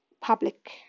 public